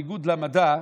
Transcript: בניגוד למדע,